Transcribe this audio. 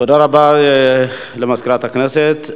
תודה רבה למזכירת הכנסת.